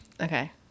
okay